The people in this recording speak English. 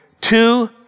two